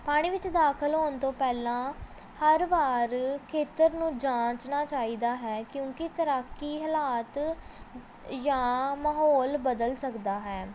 ਪਾਣੀ ਵਿੱਚ ਦਾਖਲ ਹੋਣ ਤੋਂ ਪਹਿਲਾਂ ਹਰ ਵਾਰ ਖੇਤਰ ਨੂੰ ਜਾਂਚਣਾ ਚਾਹੀਦਾ ਹੈ ਕਿਉਂਕਿ ਤੈਰਾਕੀ ਹਾਲਾਤ ਜਾਂ ਮਾਹੌਲ ਬਦਲ ਸਕਦਾ ਹੈ